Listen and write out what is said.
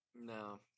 No